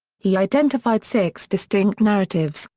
he identified six distinct narratives,